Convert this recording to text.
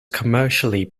commercially